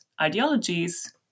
ideologies